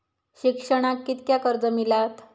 शिक्षणाक कीतक्या कर्ज मिलात?